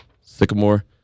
Sycamore